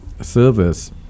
service